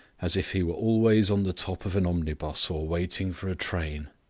as if he were always on the top of an omnibus or waiting for a train.